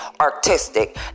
artistic